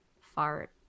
fart